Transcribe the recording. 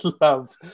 love